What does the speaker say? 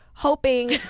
Hoping